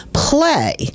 play